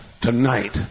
tonight